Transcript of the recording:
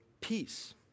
peace